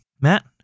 Matt